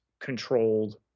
controlled